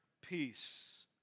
peace